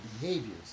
behaviors